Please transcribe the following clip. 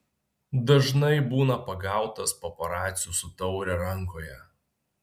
dažnai būna pagautas paparacių su taure rankoje